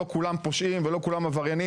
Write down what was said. לא כולם פושעים ולא כולם עבריינים.